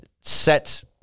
set